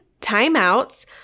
timeouts